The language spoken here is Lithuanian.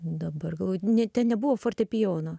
dabar galvoju ten nebuvo fortepijono